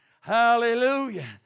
Hallelujah